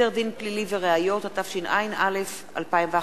התשע"א 2011,